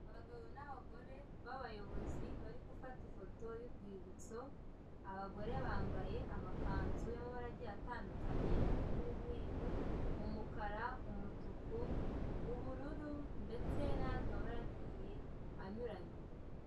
Abagabo n'abagore b'abayobozi bari gufata ifoto y'urwibutso, abagore bambaye amakanzu y'amabara agiye atandukanye harimo umweru, umukara, umutuku, ubururu, ndetse n'andi mabara agiye anyuranye.